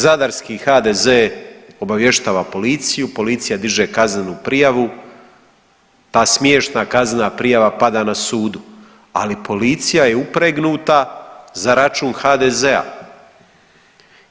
Zadarski HDZ obavještava policiju, policija diže kaznenu prijavu, pa smiješna kaznena prijava pada na sudu, ali policija je upregnuta za račun HDZ-a.